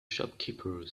shopkeeper